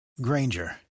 Granger